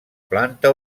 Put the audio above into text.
planta